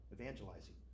evangelizing